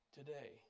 today